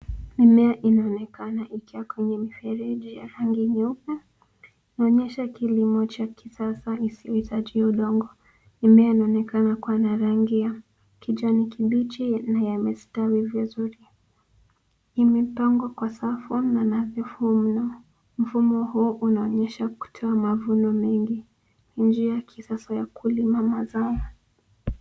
Mimea inaonekana ikiwa kwenye mifereji ya rangi nyeupe, inaonyesha kilimo cha kisasa isiyohitaji udongo. Mimea inaonekana kuwa na rangi ya kijani kibichi na yamestawi vizuri. Imepangwa kwa safu na nadhifu mno. Mfumo huo unaonyesha kutoa mavuno mengi. Ni njia ya kisasa ya kulima mazao.